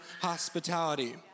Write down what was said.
hospitality